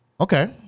Okay